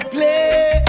Play